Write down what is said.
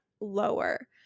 lower